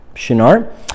Shinar